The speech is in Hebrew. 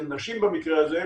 של נשים במקרה הזה,